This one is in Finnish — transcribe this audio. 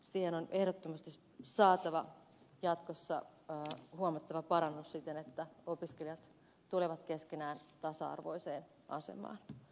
siihen on ehdottomasti saatava jatkossa huomattava parannus siten että opiskelijat tulevat keskenään tasa arvoiseen asemaan